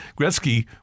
Gretzky